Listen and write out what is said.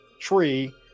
tree